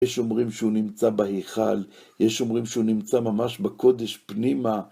יש שאומרים שהוא נמצא בהיכל, יש שאומרים שהוא נמצא ממש בקודש פנימה.